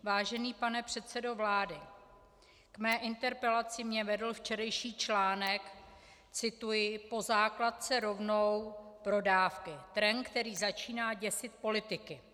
Vážený pane předsedo vlády, k mé interpelaci mě vedl včerejší článek cituji: Po základce rovnou pro dávky, trend, který začíná děsit politiky.